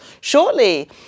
shortly